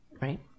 right